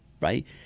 right